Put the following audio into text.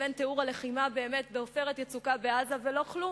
לבין תיאור הלחימה באמת ב"עופרת יצוקה" בעזה ולא כלום.